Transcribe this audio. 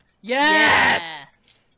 Yes